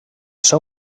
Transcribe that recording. seu